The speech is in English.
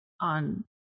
on